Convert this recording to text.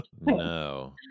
no